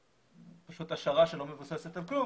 זו פשוט השערה שלא מבוססת על כלום,